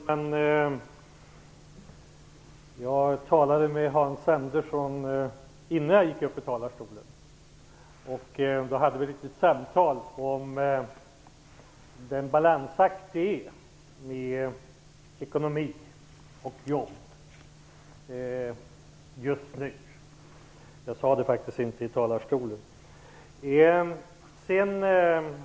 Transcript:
Herr talman! Jag talade med Hans Andersson innan jag gick upp i talarstolen. Vi hade ett samtal om den balansakt som vi just nu har med ekonomin och jobben. Jag pratade alltså inte om detta i talarstolen.